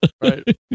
Right